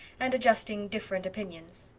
and adjusting different opinions.